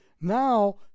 Now